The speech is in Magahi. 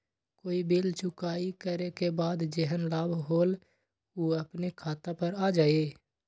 कोई बिल चुकाई करे के बाद जेहन लाभ होल उ अपने खाता पर आ जाई?